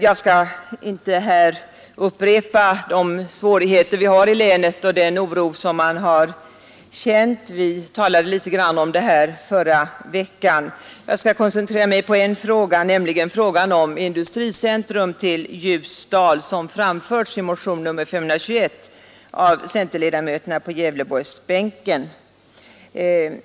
Jag skall inte här upprepa de svårigheter vi har i länet och den oro som man har känt; vi talade litet grand om det förra veckan. Jag skall koncentrera mig på en fråga, nämligen frågan om ett industricentrum i Ljusdal, som framförts i motionen 521 av centerledamöterna på Gävleborgsbänken.